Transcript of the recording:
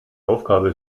aufgabe